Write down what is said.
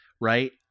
right